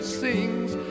sings